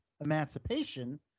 Emancipation